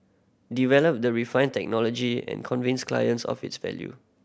develop the refine technology and convince clients of its value